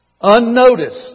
unnoticed